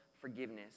forgiveness